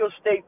State